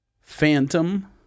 Phantom